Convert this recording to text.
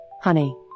honey